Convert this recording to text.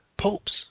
popes